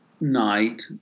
night